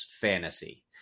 fantasy